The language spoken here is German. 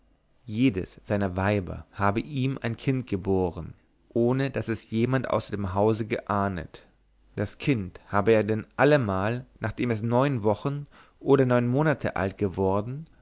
jedes seiner weiber habe ihm ein kind geboren ohne daß es jemand außer dem hause geahnet das kind habe er denn allemal nachdem es neun wochen oder neun monate alt worden